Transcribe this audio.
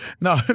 No